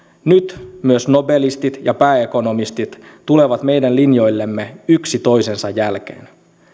nyt myös nobelistit ja pääekonomistit tulevat meidän linjoillemme yksi toisensa jälkeen